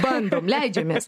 bandom leidžiamės